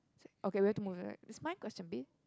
okay we have to move it right it's my question babe